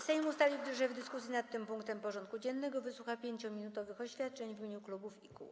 Sejm ustalił, że w dyskusji nad tym punktem porządku dziennego wysłucha 5-minutowych oświadczeń w imieniu klubów i kół.